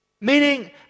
Meaning